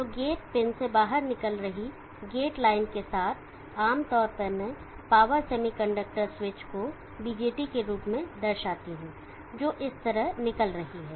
तो gate pin से बाहर निकल रही गेट लाइन के साथ आम तौर पर मैं पावर सेमीकंडक्टर स्विच को BJT के रूप में दर्शाता रहा हूं जो इस तरह निकल रही है